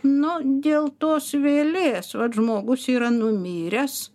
nu dėl tos vėlės vat žmogus yra numiręs